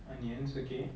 onions okay